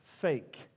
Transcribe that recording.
fake